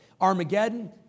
Armageddon